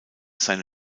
seine